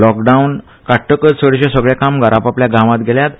लोकडावन काडटकच चडशे सगळे कामगार आपआपल्या गांवांत गेल्यात